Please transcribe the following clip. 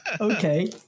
Okay